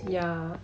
ya